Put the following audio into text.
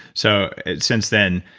so since then,